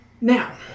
Now